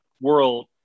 world